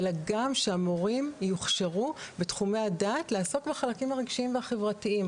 אלא גם שהמורים יוכשרו בתחומי הדעת לעסוק בחלקים הרגשיים והחברתיים,